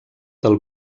del